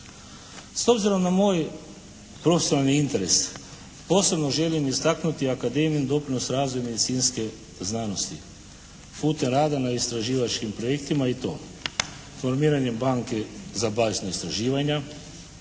S obzirom na moj profesionalni interes posebno želim istaknuti Akademijin doprinos razvoju medicinske znanosti, … /Govornik se ne razumije./ … rada na istraživačkim projektima i to formiranjem banke za bazna istraživanja,